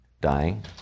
dying